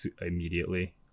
immediately